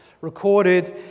recorded